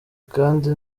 kandi